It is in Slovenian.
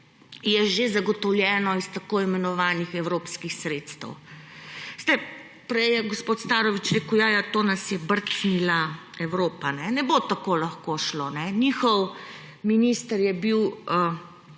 je že zagotovljeno iz tako imenovanih evropskih sredstev. Prej je gospod Starović rekel – ja, ja, to nas je brcnila Evropa. Ne bo tako lahko šlo. Njihov minister je bil